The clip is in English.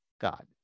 God